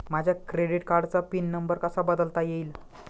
माझ्या क्रेडिट कार्डचा pin number कसा बदलता येईल?